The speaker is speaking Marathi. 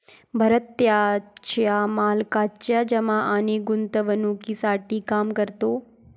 भरत त्याच्या मालकाच्या जमा आणि गुंतवणूकीसाठी काम करतो